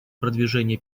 продвижения